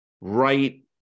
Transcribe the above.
right